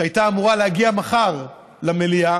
והיא הייתה אמורה להגיע מחר למליאה,